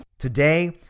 Today